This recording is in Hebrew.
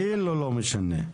כאילו לא משנה.